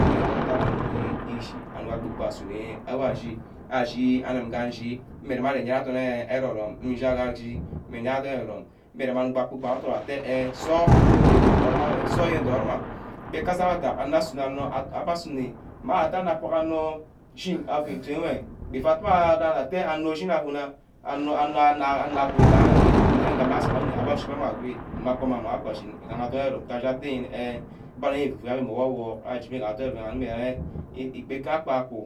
Meh ngee anor anuck utu ama echi, anor kpor-kpor a chini awore ashi anim nga nchi meh ireme ari edorn ero- rome, ubage udo wore gteh ehh de boro enwe, meh gang asack adack asunor onor abbeh asunior onor tume mma ame elizen mmeh acug onor shin enwe before atteh onor shina guna anor anor good idagha ke nne ageh ma sugi enwe abba ashin ma amin agwe, mma aguma ake ashin igaha adorn ero-rome atteh yere eh ebani egwu wor ayen wor ashigi gee adorn ero-rome moneh gahe ikpe ka ke aku